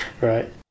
right